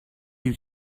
you